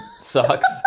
sucks